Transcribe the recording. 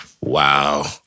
Wow